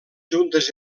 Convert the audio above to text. juntes